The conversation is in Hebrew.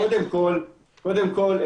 קודם כל,